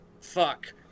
fuck